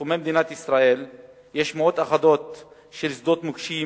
בתחומי מדינת ישראל יש מאות אחדות של שדות מוקשים